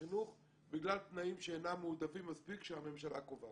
החינוך בגלל תנאים שאינם מועדפים מספיק שהממשלה קובעת,